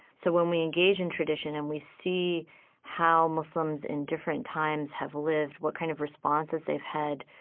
so when we engage in tradition, and we see how muslims in different times have lived, what kind of responses they've had,